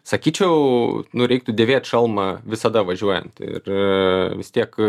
sakyčiau nu reiktų dėvėt šalmą visada važiuojant ir vis tiek